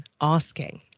asking